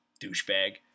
douchebag